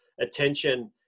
attention